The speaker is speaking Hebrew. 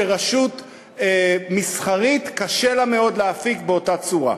שרשות מסחרית קשה לה מאוד להפיק באותה צורה.